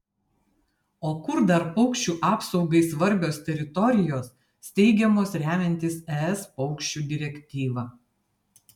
o kur dar paukščių apsaugai svarbios teritorijos steigiamos remiantis es paukščių direktyva